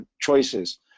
choices